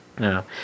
No